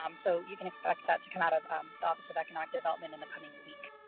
um so you can expect that to come out of the office of economic development in the coming week.